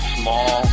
small